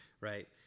Right